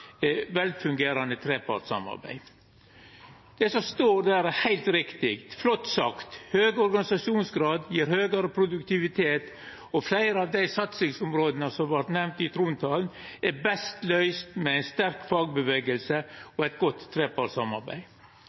velfungerande trepartssamarbeid. Det som står der, er heilt riktig – flott sagt. Høg organisasjonsgrad gjev høgare produktivitet, og fleire av dei satsingsområda som vart nemnde i trontalen, er best løyste med ei sterk fagrørsle og eit godt trepartssamarbeid.